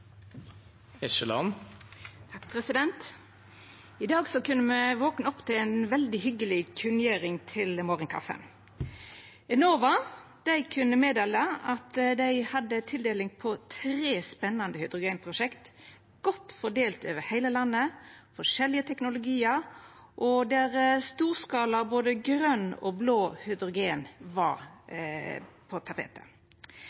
I dag kunne me vakna opp til ei veldig hyggeleg kunngjering til morgonkaffien. Enova kunne melda at dei hadde tildeling på tre spennande hydrogenprosjekt godt fordelte over heile landet – med forskjellige teknologiar, og der storskala både grøn og blå hydrogen var